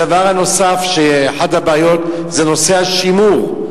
הדבר הנוסף, אחת הבעיות זה נושא השימור.